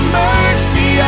mercy